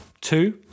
two